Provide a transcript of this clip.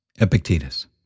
Epictetus